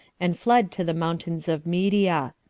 and fled to the mountains of media.